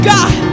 God